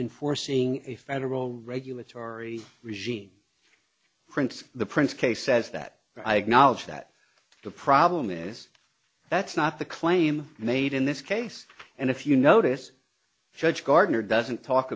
enforcing a federal regulatory regime prints the prince case says that i acknowledge that the problem is that's not the claim made in this case and if you notice judge gardner doesn't talk